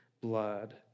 blood